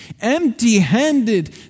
empty-handed